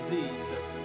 Jesus